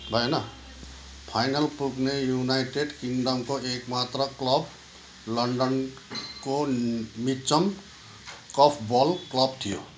भएन फाइनल पुग्ने युनाइटेड किङडमको एक मात्र क्लब लन्डनको मिचम कर्फबल क्लब थियो